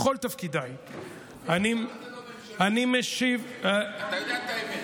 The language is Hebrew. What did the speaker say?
אז למה זה לא ממשלתית, אתה יודע את האמת.